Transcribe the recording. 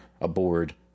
aboard